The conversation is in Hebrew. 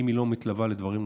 אם היא לא מתלווה לדברים נוספים,